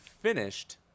finished